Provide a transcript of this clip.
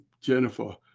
jennifer